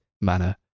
Manner